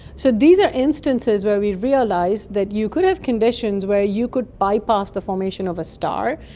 so these are instances where we realised that you could have conditions where you could bypass the formation of a star,